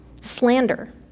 slander